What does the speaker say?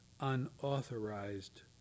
unauthorized